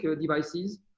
devices